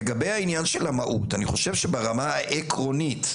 לגבי המהות - ברמה העקרונית,